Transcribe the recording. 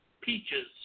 peaches